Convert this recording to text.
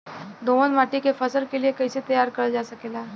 दोमट माटी के फसल के लिए कैसे तैयार करल जा सकेला?